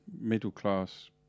middle-class